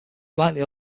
slightly